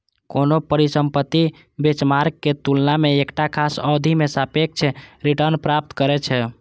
कोनो परिसंपत्ति बेंचमार्क के तुलना मे एकटा खास अवधि मे सापेक्ष रिटर्न प्राप्त करै छै